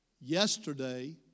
Yesterday